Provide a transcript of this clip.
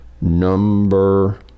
number